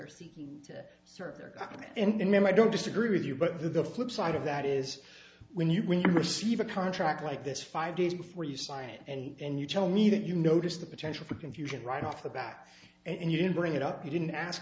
are seeking to serve their company and then i don't disagree with you but the flip side of that is when you receive a contract like this five days before you sign and you tell me that you noticed the potential for confusion right off the bat and you didn't bring it up you didn't ask